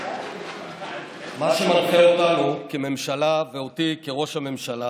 מה שמנחה אותנו כממשלה ואותי כראש הממשלה